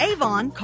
Avon